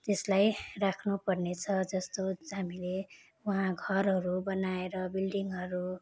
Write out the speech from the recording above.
त्यसलाई राख्नुपर्नेछ जस्तो हामीले उहाँ घरहरू बनाएर बिल्डिङहरू